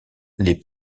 les